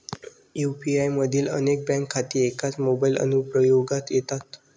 UPI मधील अनेक bank खाती एकाच मोबाइल अनुप्रयोगात येतात